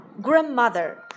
grandmother